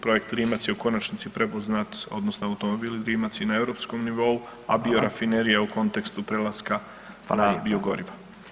Projekt Rimac je u konačnici prepoznat odnosno Automobili Rimac i na europskom nivou, a biorafinerija u kontekstu prelaska na biogoriva.